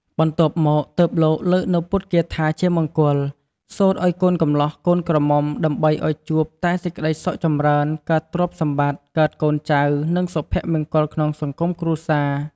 បន្ទាប់មក ទើបលោកលើកនូវពុទ្ធគាថាជាមង្គល សូត្រឱ្យកូនកម្លោះកូនក្រមុំដើម្បីឱ្យជួបតែសេចក្តីសុខចម្រើន កើតទ្រព្យសម្បត្តិ កើតកូនចៅ និងសុភមង្គលក្នុងសង្គមគ្រួសារ។